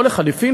או לחלופין,